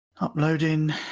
Uploading